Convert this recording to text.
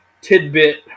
tidbit